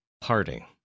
parting